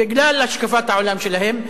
בגלל השקפת העולם שלהם.